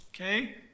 okay